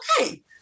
Okay